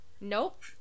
Nope